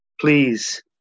Please